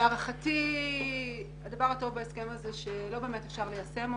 להערכתי הדבר הטוב בהסכם הזה הוא שלא באמת ניתן ליישמו.